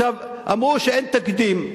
אמרו שאין תקדים.